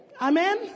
Amen